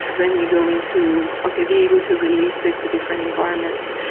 then you go into, okay, be able to release it to different environments.